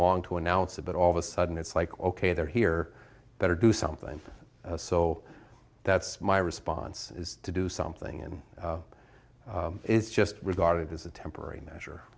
long to announce a but all of a sudden it's like ok they're here better do something so that's my response is to do something and is just regarded as a temporary measure